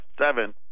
seven